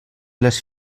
les